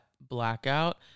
blackout